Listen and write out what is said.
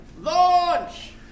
Launch